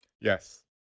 Yes